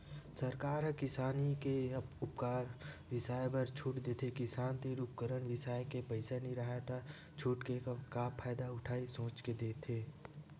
सरकार ह किसानी के उपकरन बिसाए बर छूट देथे किसान तीर उपकरन बिसाए के पइसा नइ राहय त छूट के का फायदा उठाही सोच के देथे